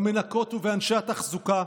במנקות ובאנשי התחזוקה,